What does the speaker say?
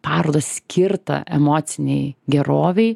parodą skirtą emocinei gerovei